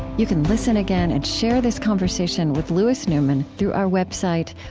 you can listen again and share this conversation with louis newman through our website,